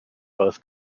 both